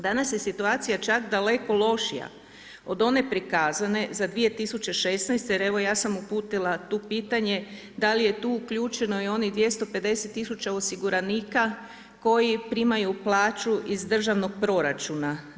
Danas je situacija čak daleko lošija od one prikazane za 2016. jer evo ja sam uputila tu pitanje da li je tu uključeno i onih 250000 osiguranika koji primaju plaću iz državnog proračuna.